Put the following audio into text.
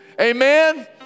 Amen